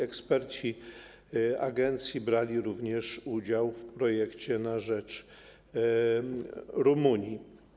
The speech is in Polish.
Eksperci agencji brali również udział w projekcie na rzecz Rumunii.